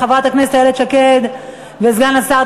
חברת הכנסת איילת שקד וסגן השר,